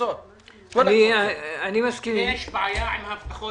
יש בעיה עם הבטחות.